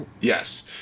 Yes